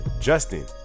Justin